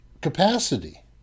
capacity